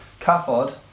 CAFOD